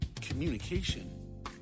communication